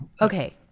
Okay